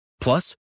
Plus